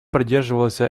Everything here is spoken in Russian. придерживался